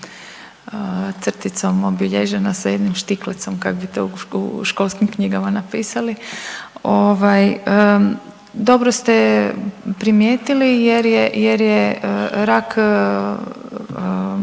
crticom obilježena, sa jednim štiklecom kak bi to u školskim knjigama napisali. Dobro ste primijetili jer je rak